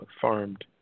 farmed